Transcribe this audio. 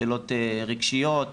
שאלות רגשיות,